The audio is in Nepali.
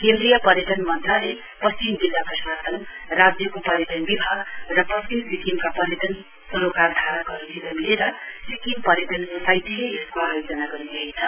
केन्द्रीय पर्यटन मन्त्रालय पश्चिम जिल्ला प्रशासन राज्यको पर्यटन विभाग र पश्चिम सिक्किमका पर्यटन सरोकारधारकहरूसित मिलेर सिक्किम पर्यटन सोसाइटीले यसको आयोजना गरिरहेछ